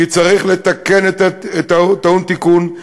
כי צריך לתקן את הטעון תיקון,